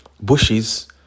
bushes